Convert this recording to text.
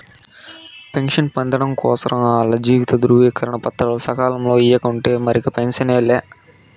pension పొందడం కోసరం ఆల్ల జీవిత ధృవీకరన పత్రాలు సకాలంల ఇయ్యకుంటే మరిక పెన్సనే లా